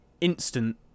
instant